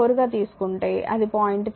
4 గా తీసుకుంటే అది 0